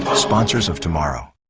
ah sponsors of tomorrow.